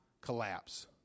collapse